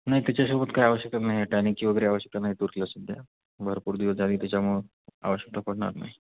नाही त्याच्यासोबत काही आवश्यकता नाही टानिकची वगैरे आवश्यकता नाही तुरीला सध्या भरपूर दिवस झाली त्याच्यामुळं आवश्यकता पडणार नाही